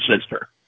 sister